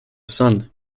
sun